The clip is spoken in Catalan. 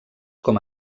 com